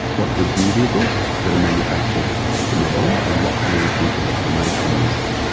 what to do with new vehicles that manufactured from now on, and what to do with vehicles that were made twenty years ago.